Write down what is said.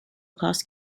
cost